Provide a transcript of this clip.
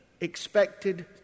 expected